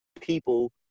people